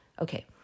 okay